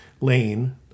lane